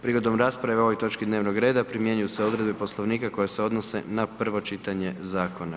Prigodom rasprave o ovoj točki dnevnog reda primjenjuju se odredbe Poslovnika koje se odnose na prvo čitanje zakona.